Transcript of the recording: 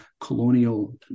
colonial